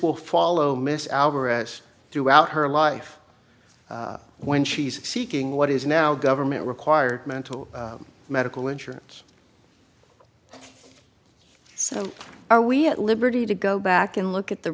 will follow miss alvarez throughout her life when she's seeking what is now government required mental medical insurance so are we at liberty to go back and look at the